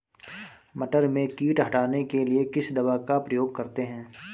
मटर में कीट हटाने के लिए किस दवा का प्रयोग करते हैं?